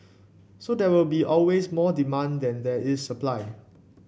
so there will be always more demand than there is supply